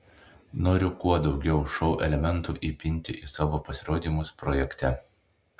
noriu kuo daugiau šou elementų įpinti į savo pasirodymus projekte